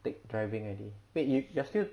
take driving already wait you you're still